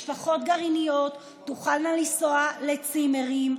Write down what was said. משפחות גרעיניות תוכלנה לנסוע לצימרים.